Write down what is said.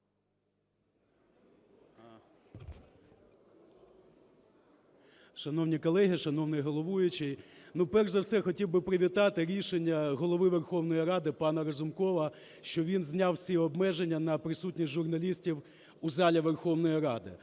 Шановні колеги, шановний головуючий! Ну, перш за все хотів би привітати рішення Голови Верховної Ради пана Разумкова, що він зняв всі обмеження на присутність журналістів у залі Верховної Ради.